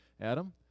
Adam